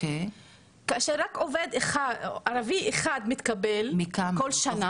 כאשר רק ערבי אחד מתקבל כל שנה.